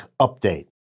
update